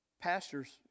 Pastors